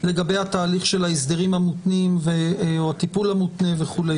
לגבי התהליך שההסדרים המותנים או הטיפול המותנה וכו'.